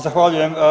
Zahvaljujem.